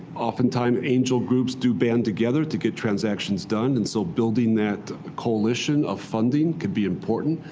oftentimes angel groups do band together to get transactions done. and so building that coalition of funding could be important.